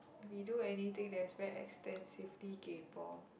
we do anything that is very extensively kaypoh